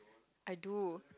I do